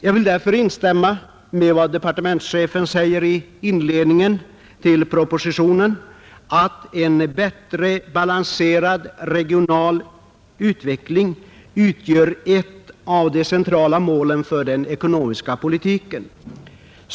Jag vill därför instämma i vad departementschefen säger i inledningen till propositionen: ”En bättre balanserad regional utveckling utgör ett av de centrala målen för den ekonomiska politiken.